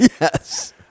Yes